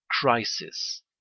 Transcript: Crisis